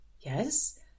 Yes